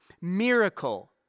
miracle